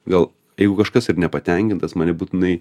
gal jeigu kažkas ir nepatenkintas man nebūtinai